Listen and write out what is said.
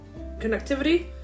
connectivity